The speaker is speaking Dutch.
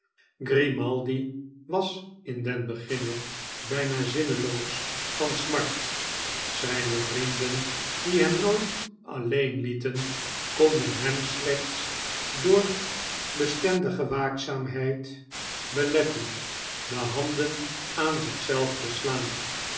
grimaldi was in den beginne bijna zinneloos van smart zijne vrienden die hem nooit alleen lieten konden hem slechts door bestendige waakzaamheid beletten de handen aan zich zelf te slaan